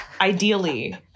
Ideally